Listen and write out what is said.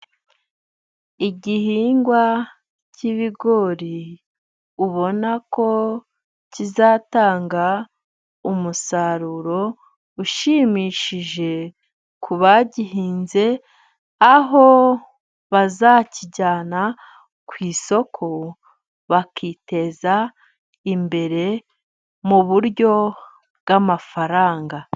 Igihingwa cy'ibigori ubona ko kizatanga umusaruro ushimishije ku bagihinze, aho bazakijyana ku isoko bakiteza imbere mu buryo bw'amafaranga.